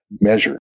measure